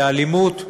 לאלימות,